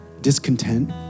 discontent